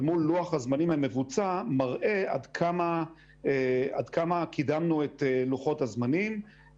מול לוח הזמנים המבוצע מראה עד כמה קידמנו את לוקחות הזמנים.